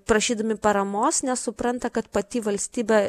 prašydami paramos nes supranta kad pati valstybė